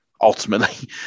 ultimately